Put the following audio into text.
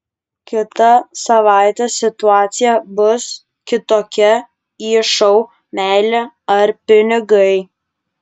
kitą savaitę situacija bus kitokia į šou meilė ar pinigai